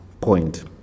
point